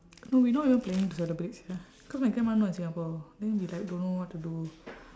no we not even planning to celebrate sia because my grandma not in singapore then we like don't know what to do